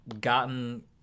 gotten